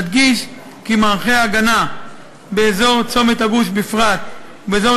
נדגיש כי מערכי ההגנה באזור צומת הגוש בפרט ובאזור